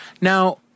Now